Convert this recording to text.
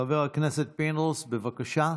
חבר הכנסת פינדרוס, בבקשה.